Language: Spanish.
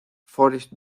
forest